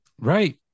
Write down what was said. Right